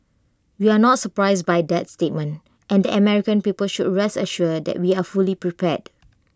we are not surprised by that statement and American people should rest assured that we are fully prepared